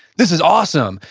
this is awesome.